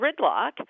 gridlock